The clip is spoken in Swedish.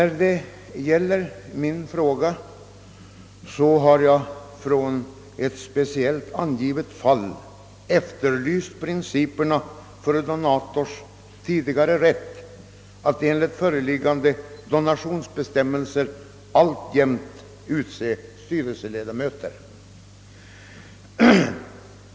I interpellationen har jag med utgångspunkt i ett visst angivet fall efterlyst principerna för donators bevarande vid sin tidigare rätt att i enlighet med föreliggande donationsbestämmelser utse styrelseledamöter.